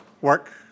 work